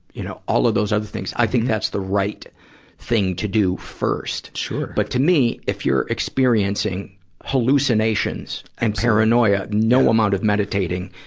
you know, all of those other things, i think that's the right thing to do first. but, to me, if you're experiencing hallucinations and paranoia, no amount of meditating,